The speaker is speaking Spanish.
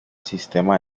sistema